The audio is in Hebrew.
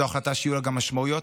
זו החלטה שיהיו לה גם משמעויות,